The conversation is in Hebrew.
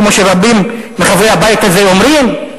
כמו שרבים מחברי הבית הזה אומרים?